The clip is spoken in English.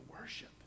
worship